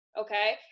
Okay